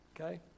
okay